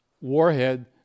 warhead